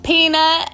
Peanut